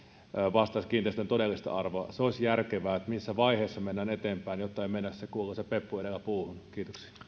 vastaisi kiinteistön todellista arvoa se olisi järkevää sen kannalta missä vaiheessa mennään eteenpäin jotta ei mennä se kuuluisa peppu edellä puuhun kiitoksia